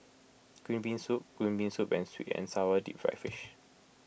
Green Bean Soup Green Bean Soup and Sweet and Sour Deep Fried Fish